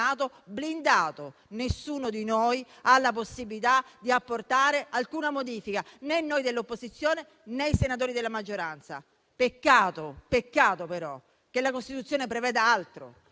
blindato; nessuno di noi ha la possibilità di apportare alcuna modifica, né noi dell'opposizione né i senatori della maggioranza. Peccato però che la Costituzione preveda altro: